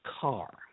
car